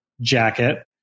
jacket